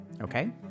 okay